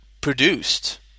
produced